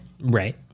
Right